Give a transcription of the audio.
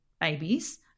babies